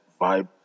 vibe